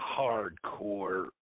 hardcore